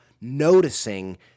noticing